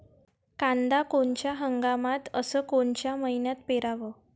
कांद्या कोनच्या हंगामात अस कोनच्या मईन्यात पेरावं?